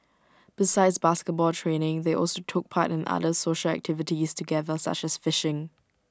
besides basketball training they also took part in other social activities together such as fishing